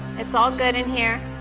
it's all good in here.